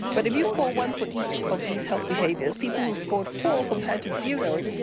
but if you score one for each of these health behaviours, people who scored four, compared to zero,